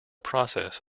process